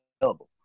available